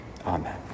Amen